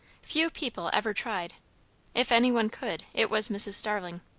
few people ever tried if any one could, it was mrs. starling.